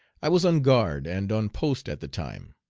i was on guard and on post at the time.